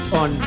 on